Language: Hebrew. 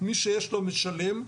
מי שיש לו, משלם,